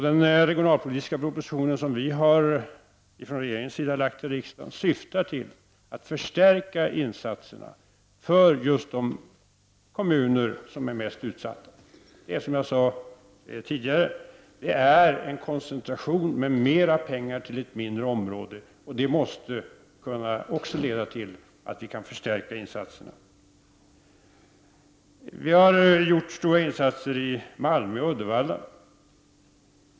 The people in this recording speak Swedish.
Den regionalpolitiska proposition som vi har lagt fram från regeringens sida syftar till att förstärka insatserna för just de kommuner som är mest utsatta. Det är, som jag sade tidigare, en koncentration med mera pengar till ett mindre område. Det måste också kunna leda till att vi kan förstärka insatserna. Vi har gjort stora insatser i Malmö och Uddevalla.